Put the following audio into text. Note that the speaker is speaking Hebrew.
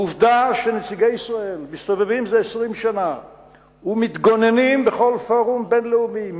העובדה שנציגי ישראל מסתובבים זה 20 שנה ומתגוננים בכל פורום בין-לאומי,